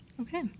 Okay